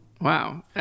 Wow